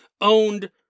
owned